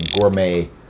gourmet